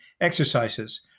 exercises